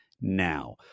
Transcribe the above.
now